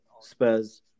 Spurs